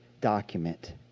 document